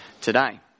today